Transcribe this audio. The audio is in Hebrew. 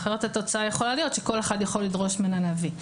אחרת התוצאה יכולה להיות שכל אחד יכול לדרוש מן הנביא.